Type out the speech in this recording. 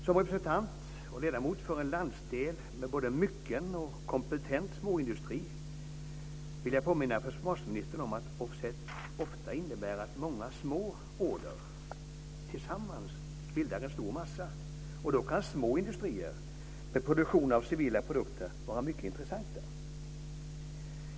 Som representant för och ledamot från en landsdel med både mycken och kompetent småindustri vill jag påminna försvarsministern om att offset ofta innebär att många småorder tillsammans bildar en stor massa. Då kan små industrier med produktion av civila produkter vara mycket intressanta.